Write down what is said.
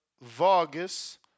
Vargas